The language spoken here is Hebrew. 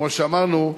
כמו שאמרנו,